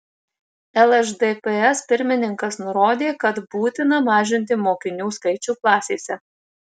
lšdps pirmininkas nurodė kad būtina mažinti mokinių skaičių klasėse